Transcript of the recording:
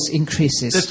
increases